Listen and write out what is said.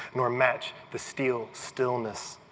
nor match the steel stillness.